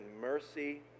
mercy